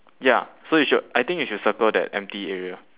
ya so you should I think you should circle that empty area